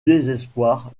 désespoir